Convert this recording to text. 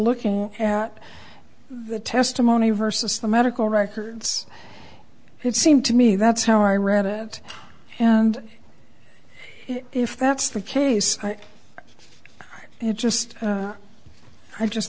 looking at the testimony versus the medical records it seemed to me that's how i read it and if that's the case i just i just